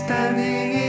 Standing